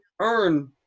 earn